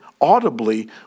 audibly